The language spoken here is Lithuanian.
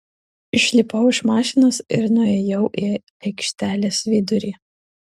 išlipau iš mašinos ir nuėjau į aikštelės vidurį